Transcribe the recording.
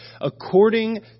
According